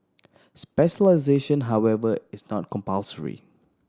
specialisation however is not compulsory